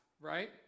right